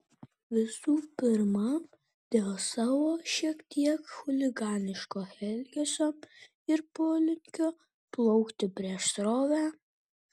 visų pirma dėl savo šiek tiek chuliganiško elgesio ir polinkio plaukti prieš srovę